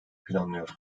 planlıyor